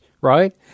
right